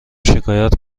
شکایت